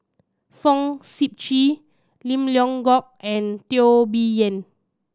Fong Sip Chee Lim Leong Geok and Teo Bee Yen